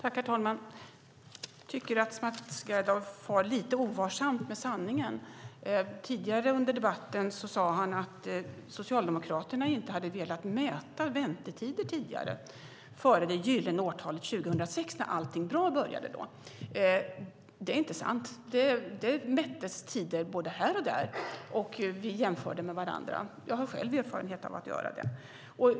Herr talman! Jag tycker att Mats Gerdau far lite ovarsamt med sanningen. Tidigare i debatten sade han att Socialdemokraterna inte hade velat mäta väntetider före det gyllene årtalet 2006 när allt bra började. Det är inte sant. Det mättes tidigare både här och där, och vi jämförde med varandra. Jag har själv erfarenhet av att göra det.